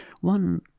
One